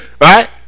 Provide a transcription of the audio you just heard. Right